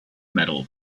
metal